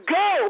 go